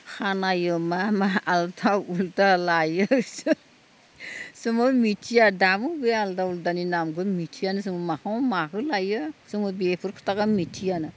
खानायाव मा मा आल्था उल्था लायो सो जोंबो मिथिया दाबो बे आल्था उल्थानि नामखौनो मिथियानोसन माखौ माखो लायो जोंबो बेफोर खोथाखौ मिथियानो